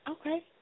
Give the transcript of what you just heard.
Okay